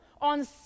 on